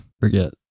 Forget